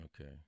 Okay